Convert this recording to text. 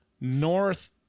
North